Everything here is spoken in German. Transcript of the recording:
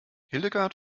hildegard